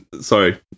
sorry